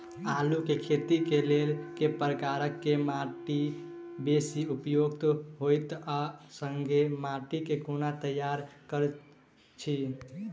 आलु केँ खेती केँ लेल केँ प्रकार केँ माटि बेसी उपयुक्त होइत आ संगे माटि केँ कोना तैयार करऽ छी?